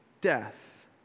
death